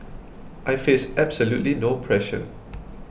I face absolutely no pressure